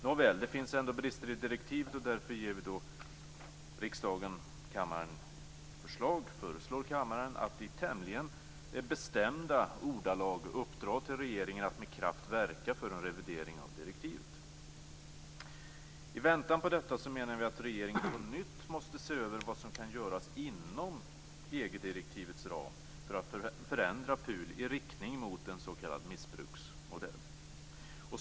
Nåväl, det finns ändå brister i direktivet, och därför föreslår vi riksdagen att i tämligen bestämda ordalag uppdra åt regeringen att med kraft verka för en revidering av direktivet. I väntan på detta menar vi att regeringen på nytt måste se över vad som kan göras inom EG-direktivets ram för att förändra PUL i riktning mot en s.k. missbruksmodell.